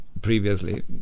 previously